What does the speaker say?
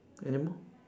anymore